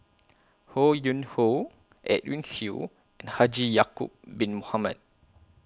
Ho Yuen Hoe Edwin Siew and Haji Ya'Acob Bin Mohamed